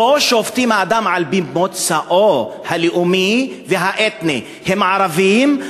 פה שופטים אדם על-פי מוצאו הלאומי והאתני: הם ערבים,